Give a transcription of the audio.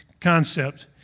concept